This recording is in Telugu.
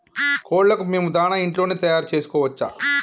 కోళ్లకు మేము దాణా ఇంట్లోనే తయారు చేసుకోవచ్చా?